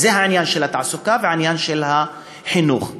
העניין של התעסוקה והעניין של החינוך.